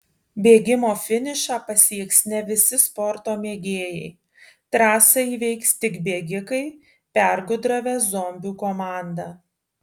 bėgimo finišą pasieks ne visi sporto mėgėjai trasą įveiks tik bėgikai pergudravę zombių komandą